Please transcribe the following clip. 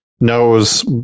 knows